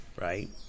right